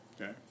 Okay